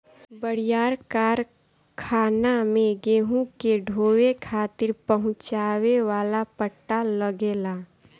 बड़ियार कारखाना में गेहूं के ढोवे खातिर पहुंचावे वाला पट्टा लगेला